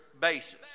basis